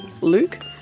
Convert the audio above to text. Luke